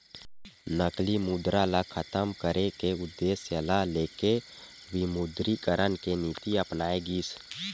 नकली मुद्रा ल खतम करे के उद्देश्य ल लेके विमुद्रीकरन के नीति अपनाए गिस